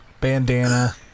bandana